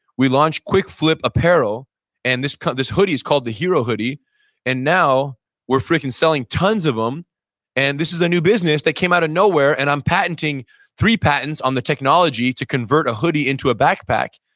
we launched quick flip apparel and this this hoodie is called the hero hoodie and now we're fricking selling tons of them and this is a new business that came out of nowhere and i'm patenting three patents on the technology to convert a hoodie into a backpack.